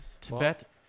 Tibet